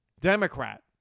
Democrat